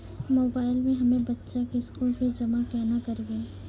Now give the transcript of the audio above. Mobile से हम्मय बच्चा के स्कूल फीस जमा केना करबै?